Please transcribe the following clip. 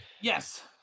Yes